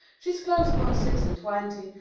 she's close upon six-and-twenty,